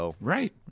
Right